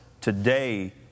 today